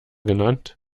genannt